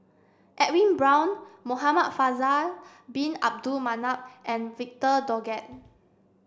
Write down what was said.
Edwin Brown Muhamad Faisal bin Abdul Manap and Victor Doggett